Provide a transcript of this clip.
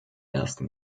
ersten